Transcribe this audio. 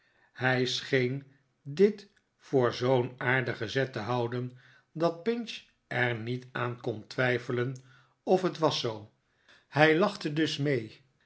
hij scheen dit voor zoo'n aardigen zet te houden dat pinch e r niet aan kon twijfelen of het was zoo hij lachte dus mee